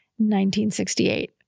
1968